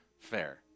fair